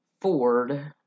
Ford